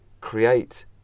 create